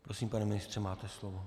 Prosím, pane ministře, máte slovo.